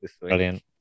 Brilliant